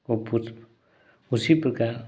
वो पुष्प उसी प्रकार